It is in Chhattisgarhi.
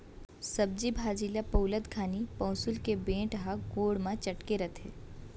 सब्जी भाजी ल पउलत घानी पउंसुल के बेंट ह गोड़ म चटके रथे